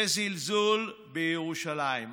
זה זלזול בירושלים,